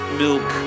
milk